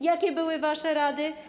Jakie były wasze rady?